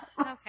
Okay